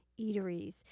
eateries